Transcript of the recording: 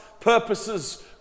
purposes